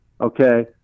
okay